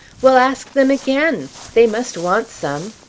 well, ask them again! they must want some!